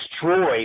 destroyed